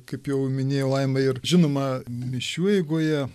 kaip jau minėjo laima ir žinoma mišių eigoje